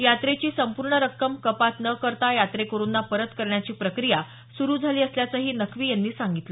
यात्रेची संपूर्ण रक्कम कपात न करता यात्रेकरूंना परत करण्याची प्रक्रिया सुरू झाली असल्याचंही नक्की यांनी सांगितलं